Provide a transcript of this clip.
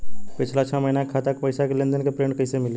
पिछला छह महीना के खाता के पइसा के लेन देन के प्रींट कइसे मिली?